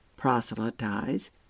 Proselytize